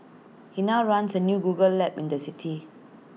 he now runs A new Google lab in that city